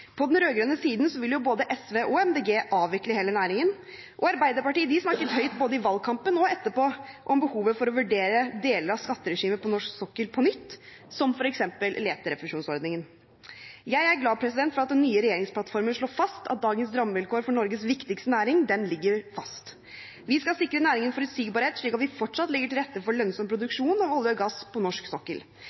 På den rød-grønne siden vil jo både SV og Miljøpartiet De Grønne avvikle hele næringen, og Arbeiderpartiet snakket både i valgkampen og etterpå om behovet for å vurdere deler av skatteregimet på norsk sokkel på nytt, som f.eks. leterefusjonsordningen. Jeg er glad for at den nye regjeringsplattformen slår fast at dagens rammevilkår for Norges viktigste næring ligger fast. Vi skal sikre næringen forutsigbarhet, slik at vi fortsatt legger til rette for lønnsom produksjon av olje og gass på norsk sokkel.